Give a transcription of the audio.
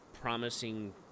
promising